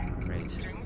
Great